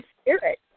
spirit